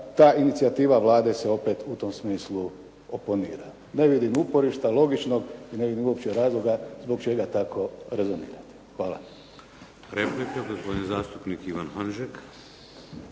ta inicijativa Vlade se opet u tom smislu oponira. Ne vidim uporišta logičnog, ne vidim uopće razloga zbog čega tako rezumirate. Hvala.